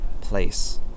place